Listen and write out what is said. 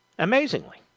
Amazingly